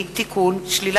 משוחרר),